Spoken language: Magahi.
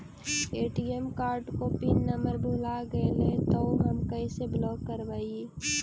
ए.टी.एम कार्ड को पिन नम्बर भुला गैले तौ हम कैसे ब्लॉक करवै?